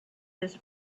this